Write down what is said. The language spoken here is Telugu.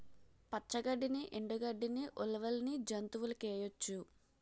పచ్చ గడ్డిని ఎండు గడ్డని ఉలవల్ని జంతువులకేయొచ్చు